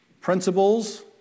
principles